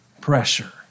pressure